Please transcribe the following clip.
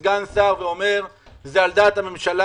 אלא סגן שר ואומר: זה על דעת הממשלה,